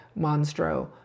monstro